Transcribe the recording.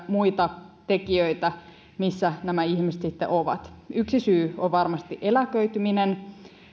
muita tekijöitä missä nämä ihmiset sitten ovat yksi syy on varmasti eläköityminen